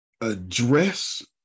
address